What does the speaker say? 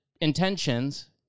intentions